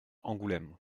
angoulême